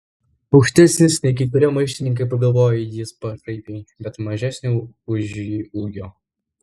aukštesnės nei kai kurie maištininkai pagalvojo jis pašaipiai bet mažesnio už jį ūgio